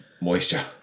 moisture